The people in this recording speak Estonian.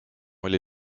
oli